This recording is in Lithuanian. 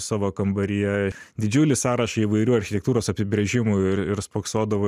savo kambaryje didžiulį sąrašą įvairių architektūros apibrėžimų ir ir spoksodavo